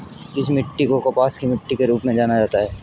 किस मिट्टी को कपास की मिट्टी के रूप में जाना जाता है?